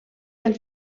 del